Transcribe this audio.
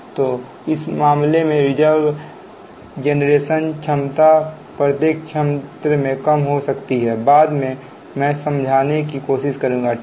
तो उस मामले में रिजर्व जनरेशन क्षमता प्रत्येक क्षेत्र में कम हो सकती है बाद में मैं समझाने की कोशिश करूंगा ठीक है